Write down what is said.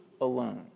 alone